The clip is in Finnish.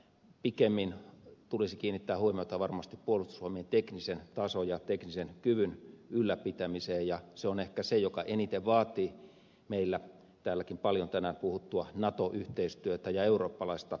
pikemmin tulisi kiinnittää huomiota varmasti puolustusvoimien teknisen tason ja teknisen kyvyn ylläpitämiseen ja se on ehkä se joka eniten vaatii meillä täälläkin paljon tänään puhuttua nato yhteistyötä ja eurooppalaista yhteistyötä